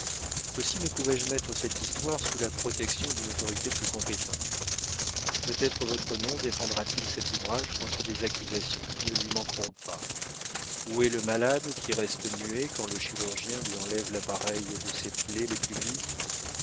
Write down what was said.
aussi ne pouvais-je mettre cette histoire sous la protection d'une autorité plus compétente peut-être votre nom défendra t il cet ouvrage contre des accusations qui ne lui manqueront pas où est le malade qui reste muet quand le chirurgien lui enlève l'appareil de ses plaies les plus vives